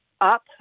up